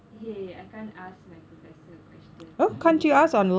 !hey! I can't ask my professor a question immediately I